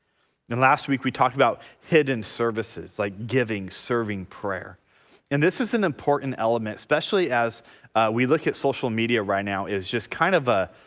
and last week we talked about hidden services like giving, serving, prayer and this is an important element especially as we look at social media right now is just kind of a